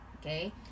Okay